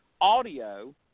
audio